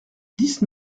dix